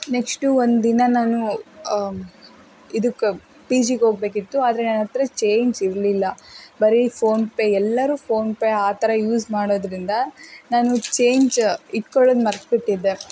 next ಒಂದು ದಿನ ನಾನು ಇದಕ್ಕೆ ಪಿ ಜಿಗೆ ಹೋಗ್ಬೇಕಿತ್ತು ಆದರೆ ನನ್ನ ಹತ್ತಿರ ಚೇಂಜ್ ಇರಲಿಲ್ಲ ಬರೀ ಫೋನ್ಪೇ ಎಲ್ಲರೂ ಫೋನ್ಪೇ ಆ ಥರ ಯೂಸ್ ಮಾಡೋದ್ರಿಂದ ನಾನು ಚೇಂಜ್ ಇಟ್ಕೊಳ್ಳೋದು ಮರ್ತು ಬಿಟ್ಟಿದ್ದೆ